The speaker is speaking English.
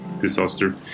disaster